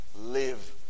live